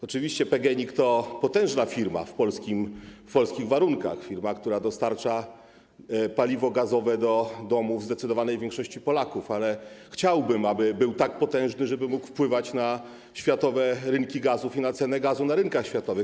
Oczywiście PGNiG to potężna firma w polskich warunkach, firma, która dostarcza paliwo gazowe do domów zdecydowanej większości Polaków, ale chciałbym, aby był tak potężny, żeby mógł wpływać na światowe rynki gazów i na cenę gazu na rynkach światowych.